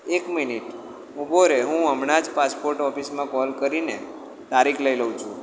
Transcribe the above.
એક મિનિટ ઊભો રહે હું હમણાં જ પાસપોર્ટ ઓફિસમાં કોલ કરીને તારીખ લઈ લઉ છું